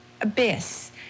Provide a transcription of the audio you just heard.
abyss